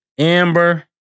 Amber